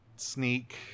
Sneak